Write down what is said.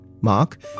Mark